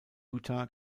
utah